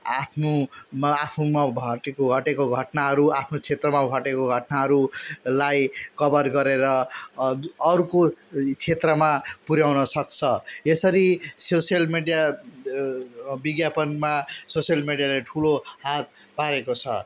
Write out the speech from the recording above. आफ्नो म आफूमा घटेको घटनाहरू आफ्नो क्षेत्रमा घटेको घटनाहरूलाई कभर गरेर अर्को क्षेत्रमा पुर्याउन सक्छ यसरी सोसियल मिडिया विज्ञापनमा सोसियल मिडियाले ठुलो हात पारेको छ